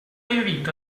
invito